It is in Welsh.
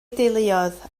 deuluoedd